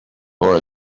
for